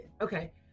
Okay